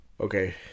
Okay